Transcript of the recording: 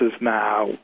now